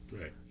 right